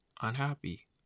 unhappy